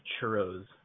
churros